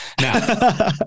Now